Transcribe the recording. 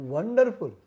Wonderful